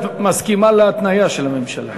את מסכימה להתניה של הממשלה?